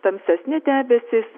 tamsesni debesys